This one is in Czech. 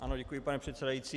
Ano, děkuji, pane předsedající.